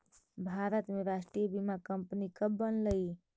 भारत में राष्ट्रीय बीमा कंपनी कब बनलइ?